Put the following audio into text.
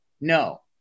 No